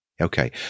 okay